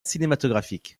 cinématographique